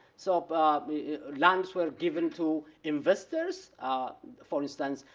so i mean lands were given to investors. for instance,